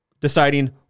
deciding